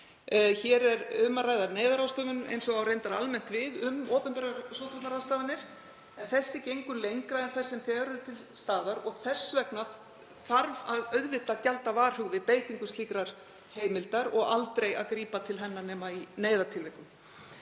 Hér er um að ræða neyðarráðstöfun, eins og á reyndar almennt við um opinberar sóttvarnaráðstafanir. En þessi gengur lengra en þær sem þegar eru til staðar og þess vegna þarf auðvitað að gjalda varhug við beitingu slíkrar heimildar og aldrei að grípa til hennar nema í neyðartilvikum.